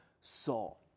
Saul